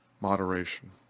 moderation